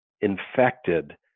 infected